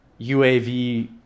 uav